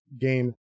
game